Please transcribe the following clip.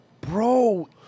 Bro